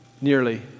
nearly